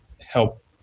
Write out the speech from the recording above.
help